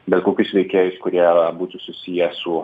bet kokius veikėjus kurie būtų susiję su